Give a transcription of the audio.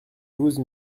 douze